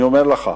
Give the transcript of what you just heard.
אני אומר לך,